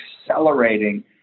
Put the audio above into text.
accelerating